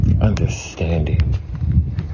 understanding